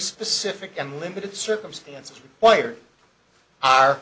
specific and limited circumstances required are